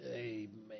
Amen